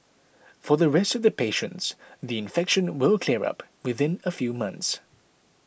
for the rest of the patients the infection will clear up within a few months